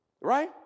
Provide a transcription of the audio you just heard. Right